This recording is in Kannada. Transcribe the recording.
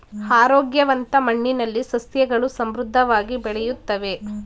ಆರೋಗ್ಯವಂತ ಮಣ್ಣಿನಲ್ಲಿ ಸಸ್ಯಗಳು ಸಮೃದ್ಧವಾಗಿ ಬೆಳೆಯುತ್ತವೆ